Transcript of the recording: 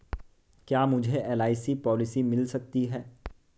क्या मुझे LIC policy मिल सकती है?